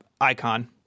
icon